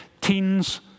teens